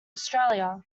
australia